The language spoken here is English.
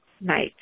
night